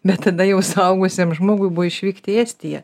bet tada jau suaugusiam žmogui buvo išvykti į estiją